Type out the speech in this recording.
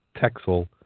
Texel